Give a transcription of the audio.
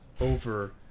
over